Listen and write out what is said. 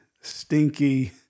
stinky